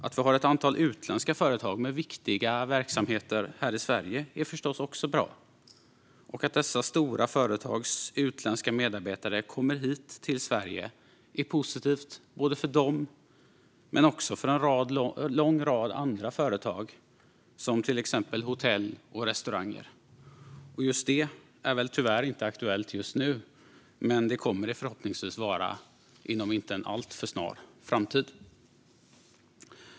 Att vi har ett antal utländska företag med viktiga verksamheter här i Sverige är förstås också bra, och att dessa stora företags utländska medarbetare kommer till Sverige är positivt både för dem och för en lång rad andra företag, till exempel hotell och restauranger. Just det är väl tyvärr inte aktuellt just nu, men det kommer förhoppningsvis att vara det inom en snar framtid.